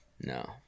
No